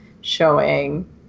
showing